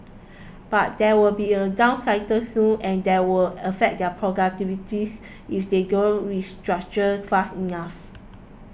but there will be a down cycle soon and that will affect their productivities if they don't restructure fast enough